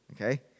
Okay